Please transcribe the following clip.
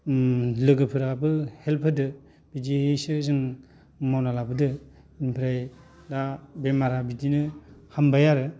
लोगोफोराबो हेल्प होदों बिदिसो जों मावना लाबोदों ओमफ्राय दा बेमारा बिदिनो हामबाय आरो